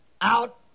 out